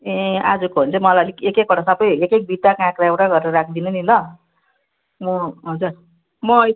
ए आजको हो भने चाहिँ मलाई अलिक एक एकवटा सबै एक एक बिटा काँक्रा एउटा गरेर राखिदिनु नि ल म हजुर म